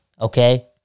Okay